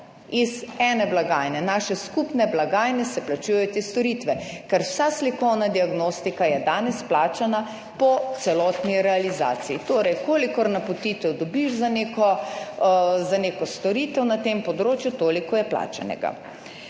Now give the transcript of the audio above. iz ene blagajne, naše skupne blagajne se plačujejo te storitve, ker vsa slikovna diagnostika je danes plačana po celotni realizaciji. Torej, kolikor napotitev dobiš za neko, za neko storitev na tem področju, toliko je plačanega